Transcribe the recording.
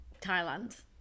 Thailand